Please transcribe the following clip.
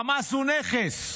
חמאס הוא נכס,